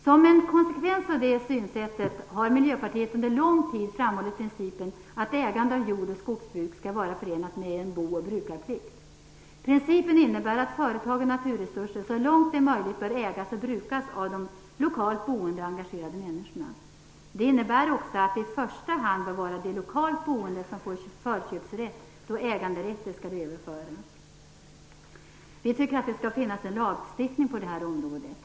Som en konsekvens av det synsättet, har Miljöpartiet under lång tid framhållit principen att ägande av jord och skogsbruk skall vara förenat med en booch brukarplikt. Principen är att företag och naturresurser så långt möjligt bör ägas och brukas av de lokalt boende och engagerade människorna. Det innebär också att det i första hand bör vara de lokalt boende som får förköpsrätt då äganderätten skall överföras. Vi tycker att det skall finnas en lagstiftning på det området.